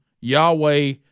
Yahweh